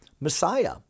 Messiah